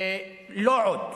לא עוד.